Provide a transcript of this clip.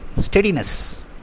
Steadiness